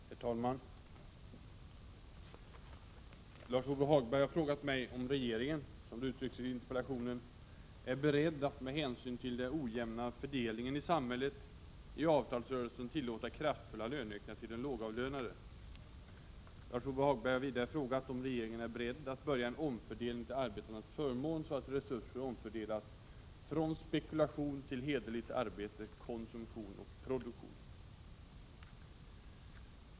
Herr talman! Lars-Ove Hagberg har frågat mig om regeringen — som det uttrycks i interpellationen — är beredd att med hänsyn till den ojämna fördelningen i samhället i avtalsrörelsen tillåta kraftfulla löneökningar till de lågavlönade. Lars-Ove Hagberg har vidare frågat om regeringen är beredd att börja en omfördelning till arbetarnas förmån, så att resurser omfördelas från spekulation till hederligt arbete, konsumtion och produktion.